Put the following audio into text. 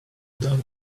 don’t